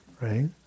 right